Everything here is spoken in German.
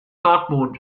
dortmund